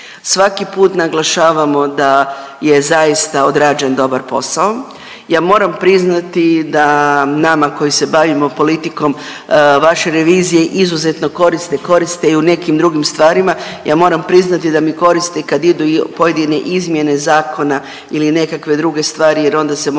Svaki put naglašavamo da je zaista odrađen dobar posao. Ja moram priznati da nama koji se bavimo politikom vaše revizije izuzetno koriste, koriste i u nekim drugim stvarima. Ja moram priznati da mi koriste i kad idu pojedine izmjene zakona ili nekakve druge stvari jer onda se mogu